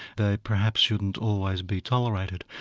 they perhaps shouldn't always be tolerated,